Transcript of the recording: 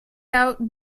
out